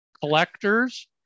collectors